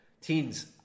Teens